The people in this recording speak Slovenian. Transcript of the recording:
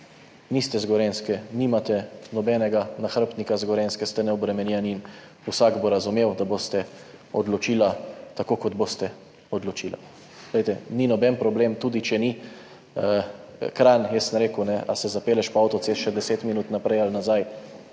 Niste iz Gorenjske, nimate nobenega nahrbtnika iz Gorenjske, ste neobremenjeni in vsak bo razumel, da boste odločili, tako kot boste odločili. Glejte, ni nobenega problema, tudi če ni Kranj, jaz sem rekel, ali se zapelješ po avtocesti še 10 minut naprej ali nazaj,